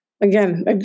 Again